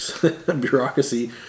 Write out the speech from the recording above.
bureaucracy